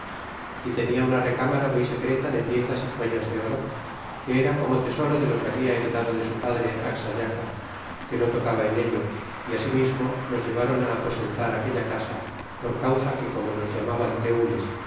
é tenia una recmara muy secreta de piezas y joyas de oro que era como tesoro de lo que habla heredado de su padre axayaca que no tocaba en ello y asimismo nos llevron aposentar aquella casa por causa que como nos llamaban tenles